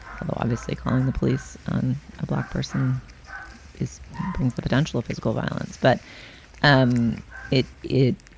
although obviously calling the police on a black person is brings the potential of physical violence. but um it it